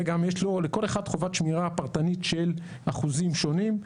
וגם יש לכל אחד חובת שמירה פרטנית של אחוזים שונים,